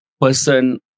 person